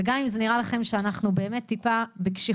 וגם אם זה נראה לכם שאנחנו באמת טיפה בקשיחות,